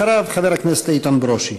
אחריו, חבר הכנסת איתן ברושי.